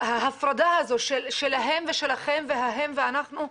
ההפרדה הזאת של שלהם ושלכם וההם ואנחנו.